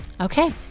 Okay